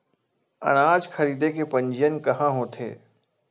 अनाज खरीदे के पंजीयन कहां होथे?